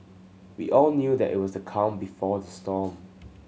we all knew that it was the calm before the storm